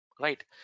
right